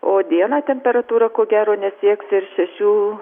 o dieną temperatūra ko gero nesieks ir šešių